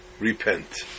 Repent